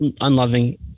unloving